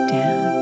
down